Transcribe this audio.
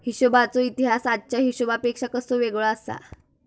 हिशोबाचो इतिहास आजच्या हिशेबापेक्षा कसो वेगळो आसा?